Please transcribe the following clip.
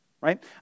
right